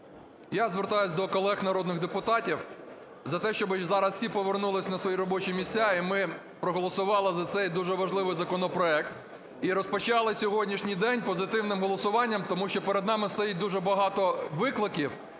Я звертаюсь до колег народних депутатів за те, щоб зараз всі повернулись на свої робочі місця і ми проголосували за цей дуже важливий законопроект, і розпочали сьогоднішній день позитивним голосуванням. Тому що перед нами стоїть дуже багато викликів,